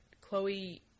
Chloe